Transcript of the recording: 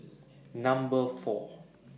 Number four